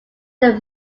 their